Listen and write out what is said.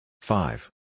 Five